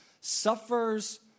suffers